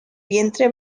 vientre